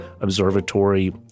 Observatory